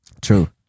true